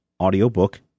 audiobook